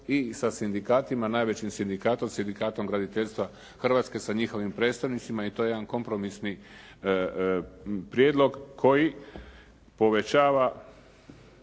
i sa sindikatima, najvećim sindikatom graditeljstva Hrvatske, sa njihovim predstavnicima i to je jedan kompromisni prijedlog koji povećava,